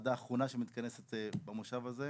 הוועדה האחרונה שמתכנסת במושב הזה,